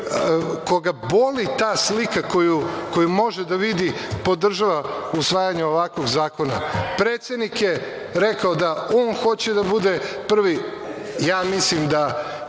koga boli ta slika koju može da vidi podržava usvajanje ovakvog zakona. Predsednik je rekao da on hoće da bude prvi, ja mislim da